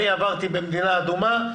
אני עברתי במדינה אדומה,